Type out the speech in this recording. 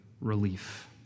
relief